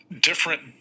different